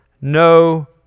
no